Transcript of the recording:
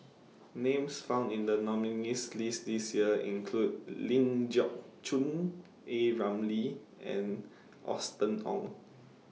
Names found in The nominees' list This Year include Ling Geok Choon A Ramli and Austen Ong